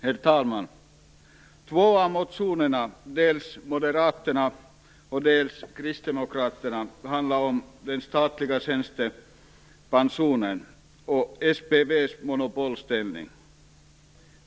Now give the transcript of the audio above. Herr talman! Två av motionerna, dels från moderaterna, dels från kristdemokraterna, handlar om den statliga tjänstepensionen och SPV:s monopolställning.